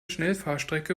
schnellfahrstrecke